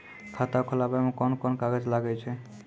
खाता खोलावै मे कोन कोन कागज लागै छै?